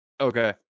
Okay